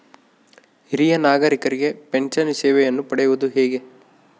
ಹಿರಿಯ ನಾಗರಿಕರಿಗೆ ಪೆನ್ಷನ್ ಸೇವೆಯನ್ನು ಪಡೆಯುವುದು ಹೇಗೆ?